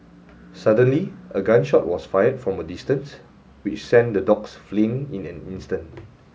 suddenly a gun shot was fired from a distance which sent the dogs fleeing in an instant